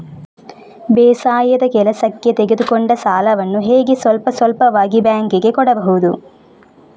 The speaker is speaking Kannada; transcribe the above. ಬೇಸಾಯದ ಕೆಲಸಕ್ಕೆ ತೆಗೆದುಕೊಂಡ ಸಾಲವನ್ನು ಹೇಗೆ ಸ್ವಲ್ಪ ಸ್ವಲ್ಪವಾಗಿ ಬ್ಯಾಂಕ್ ಗೆ ಕೊಡಬಹುದು?